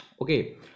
Okay